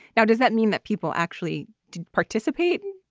now, does that mean that people actually did participate?